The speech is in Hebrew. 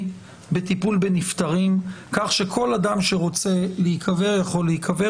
בטיפול בנפטרים כך שכל אדם שרוצה להיקבר יכול להיקבר,